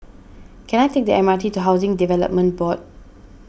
can I take the M R T to Housing Development Board